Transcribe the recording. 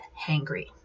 hangry